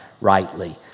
rightly